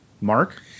Mark